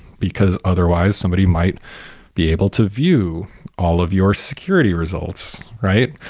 because otherwise, somebody might be able to view all of your security results, right?